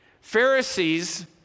Pharisees